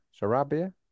Sarabia